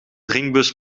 drinkbus